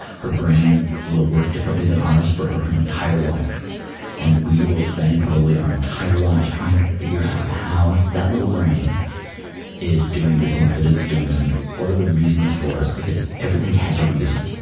her brain will work differently than ours for her entire life and we will spend probably our entire lives trying to figure out how that little brain is doing the things that it's doing and what are the reasons for it, because everything has a reason.